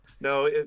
No